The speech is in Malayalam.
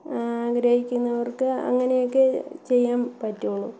ആഗ്രഹിക്കുന്നവർക്ക് അങ്ങനെയൊക്കെ ചെയ്യാന് പറ്റൂള്ളൂ